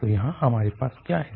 तो यहाँ हमारे पास क्या है